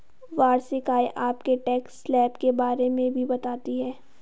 वार्षिक आय आपके टैक्स स्लैब के बारे में भी बताती है